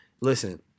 Listen